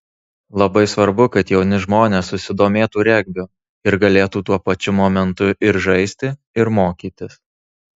labai svarbu kad jauni žmonės susidomėtų regbiu ir galėtų tuo pačiu momentu ir žaisti ir mokytis